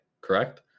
correct